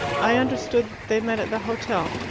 i understood they met at the hotel.